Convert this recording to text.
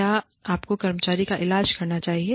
क्या आपको कर्मचारी का इलाज करना चाहिए